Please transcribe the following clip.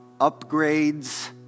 upgrades